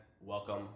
welcome